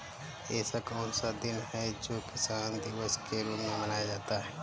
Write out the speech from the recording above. ऐसा कौन सा दिन है जो किसान दिवस के रूप में मनाया जाता है?